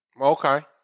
Okay